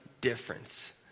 difference